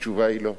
התשובה היא לא.